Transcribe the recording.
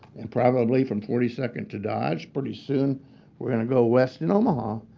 and probably from forty second to dodge, pretty soon we're going to go west in omaha